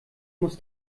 muss